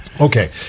Okay